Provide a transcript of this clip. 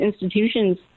institutions